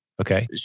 Okay